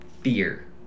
Fear